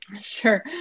Sure